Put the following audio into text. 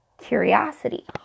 curiosity